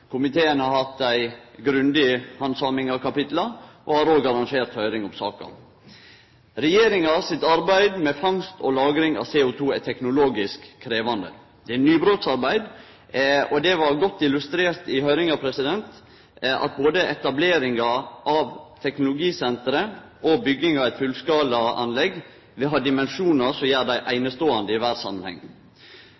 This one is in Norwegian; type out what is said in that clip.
Komiteen har hatt ei grundig handsaming av kapitla og har òg arrangert høyring om saka. Regjeringa sitt arbeid med fangst og lagring av CO2er teknologisk krevjande. Det er nybrotsarbeid, og det blei godt illustrert i høyringa at både etableringa av teknologisenteret og bygginga av eit fullskala anlegg vil ha dimensjonar som gjer dei